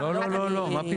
לא, לא, מה פתאום.